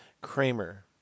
kramer